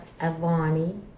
Avani